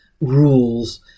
rules